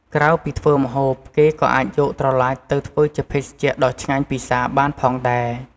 ក្រៅពីធ្វើម្ហូប គេក៏អាចយកត្រឡាចទៅធ្វើជាភេសជ្ជៈដ៏ឆ្ងាញ់ពិសាបានផងដែរ។